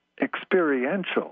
experiential